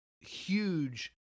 huge